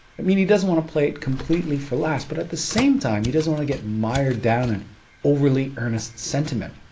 mean he doesn't want to play it completely for laughs but at the same time he doesn't want to get mired down in overly earnest sentiment.